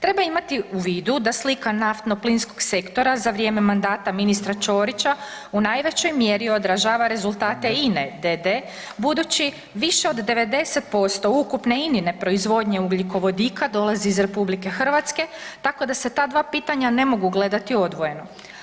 Treba imati u vidu da slika naftno plinskog sektora za vrijeme mandata ministra Ćorića u najvećoj mjeri odražava rezultate INA d.d. budući više od 90% ukupne INA-ine proizvodnje ugljikovodika dolazi iz RH tako da se ta dva pitanja ne mogu gledati odvojeno.